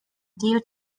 due